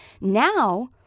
Now